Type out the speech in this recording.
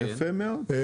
יפה מאוד.